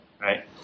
right